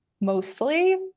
mostly